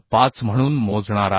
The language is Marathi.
5 म्हणून मोजणार आहे